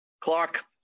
Clark